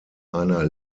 einer